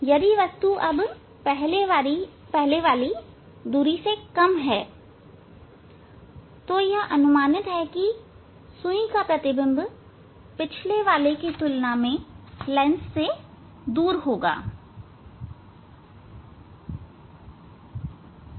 यदि दूरी अब पहले वाली दूरी से कम है तो यह अनुमानित है कि सुई का प्रतिबिंब पिछले वाले की तुलना में लेंस से दूर होगा